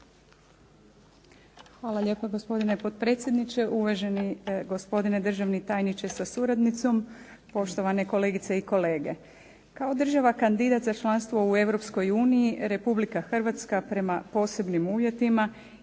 Hvala lijepa gospodine potpredsjedniče, uvaženi gospodine državni tajniče sa suradnicom, poštovane kolegice i kolege. Kao država kandidat za članstvo u Europskoj uniji Republika Hrvatska prema posebnim uvjetima